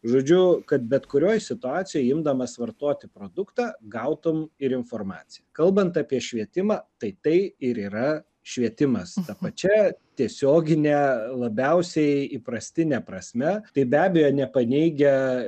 žodžiu kad bet kurioj situacijoj imdamas vartoti produktą gautum ir informaciją kalbant apie švietimą tai tai ir yra švietimas ta pačia tiesiogine labiausiai įprastine prasme tai be abejo nepaneigia